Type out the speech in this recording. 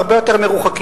הרבה יותר מרוחקים.